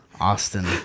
Austin